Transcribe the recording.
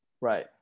right